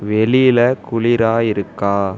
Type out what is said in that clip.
வெளியில் குளிராக இருக்கா